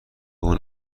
اون